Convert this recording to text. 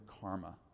karma